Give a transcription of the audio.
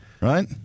Right